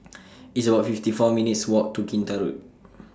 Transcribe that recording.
It's about fifty four minutes' Walk to Kinta Road